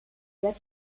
were